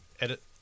edit